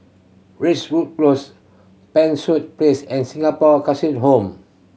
Racewood Close Pen Place and Singapore Home